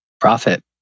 profit